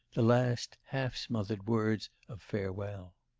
the last, half-smothered words of farewell.